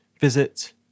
visit